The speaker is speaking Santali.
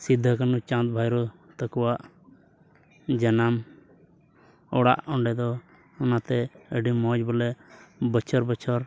ᱥᱤᱫᱩ ᱠᱟᱹᱱᱩ ᱪᱟᱸᱫᱽ ᱵᱷᱟᱭᱨᱳ ᱛᱟᱠᱚᱣᱟᱜ ᱡᱟᱱᱟᱢ ᱚᱲᱟᱜ ᱚᱸᱰᱮ ᱫᱚ ᱚᱱᱟᱛᱮ ᱟᱹᱰᱤ ᱢᱚᱡᱽ ᱵᱚᱞᱮ ᱵᱚᱪᱷᱚᱨᱼᱵᱚᱪᱷᱚᱨ